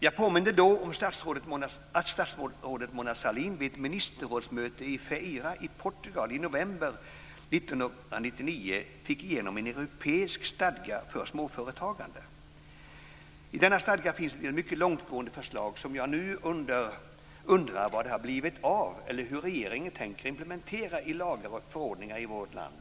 Jag påminde då om att statsrådet Mona Sahlin vid ett ministerrådsmöte i Feira i Portugal i november 1999 fick igenom en europeisk stadga för småföretagande. I denna stadga finns en del mycket långtgående förslag, och jag undrar nu vad det blivit av dem eller hur regeringen tänker implementera dem i lagar och förordningar i vårt land.